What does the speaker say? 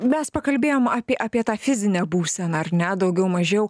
mes pakalbėjom apie apie tą fizinę būseną ar ne daugiau mažiau